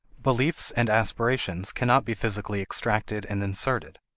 beliefs and aspirations cannot be physically extracted and inserted.